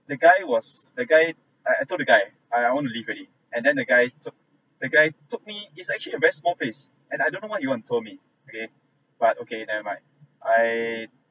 the guy was the guy I I told the guy I I want to leave already and then the guy took the guy took me it's actually a very small place and I don't know what he wants to tell me okay but okay never mind I